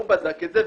ההוא בדק את זה,